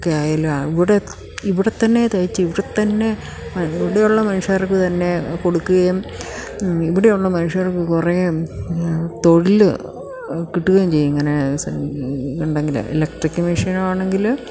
ഒക്കെ ആയാലും ഇവിടെത്തന്നെ തയ്ച്ച് ഇവിടെത്തന്നെ ഇവിടെയുള്ള മനുഷ്യർക്ക് തന്നെ കൊടുക്കുകയും ഇവിടെയുള്ള മനുഷ്യർക്ക് കുറേ തൊഴിൽ കിട്ടുകയും ചെയ്യും ഇങ്ങനെ ഉണ്ടെങ്കിൽ ഇലക്ട്രിക്ക് മെഷിനാണെങ്കിൽ